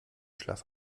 schlaf